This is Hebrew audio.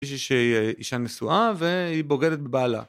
יש אישה נשואה והיא בוגדת בבעלה